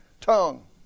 tongue